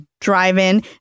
drive-in